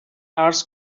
عرض